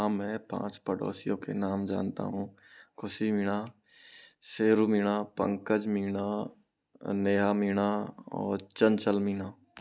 हाँ मैं पाँच पड़ोसियों के नाम जानता हूँ खुशी मीणा शेरू मीणा पंकज मीणा नेहा मीणा और चंचल मीना